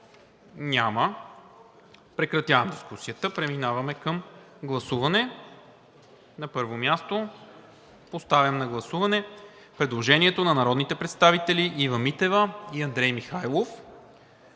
Няма. Прекратявам дискусията. Преминаваме към гласуване. Поставям на гласуване предложението на народните представители Ива Митева и Андрей Михайлов